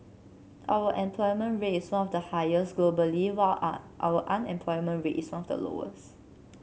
our employment rate is one of the highest globally while our our unemployment rate is one of the lowest